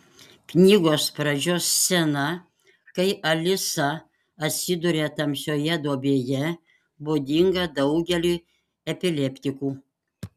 knygos pradžios scena kai alisa atsiduria tamsioje duobėje būdinga daugeliui epileptikų